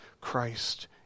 Christ